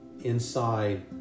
inside